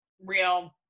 real